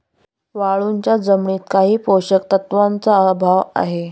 वाळूच्या जमिनीत काही पोषक तत्वांचा अभाव आहे